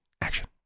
Action